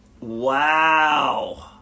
Wow